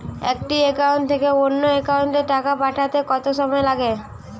একটি একাউন্ট থেকে অন্য একাউন্টে টাকা পাঠাতে কত সময় লাগে?